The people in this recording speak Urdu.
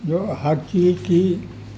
جو ہر چیز کی